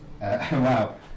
wow